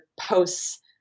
posts